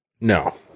No